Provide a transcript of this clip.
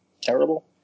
terrible